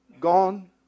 gone